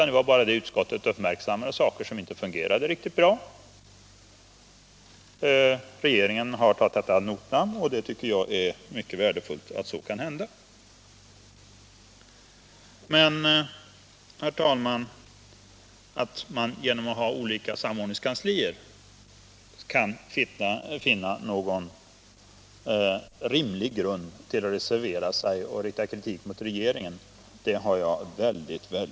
Det var bara så att utskottet uppmärksammade saker som inte fungerade riktigt bra. Regeringen tog detta ad notam, och det tycker jag är värdefullt. Men jag har väldigt svårt att förstå att det förhållandet att det finns olika samordningskanslier kan utgöra någon rimlig grund för kritik.